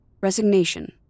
resignation